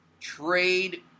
trade